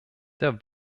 der